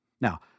Now